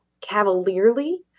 cavalierly